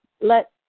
Let